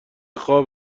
خواب